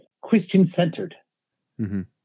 Christian-centered